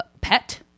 pet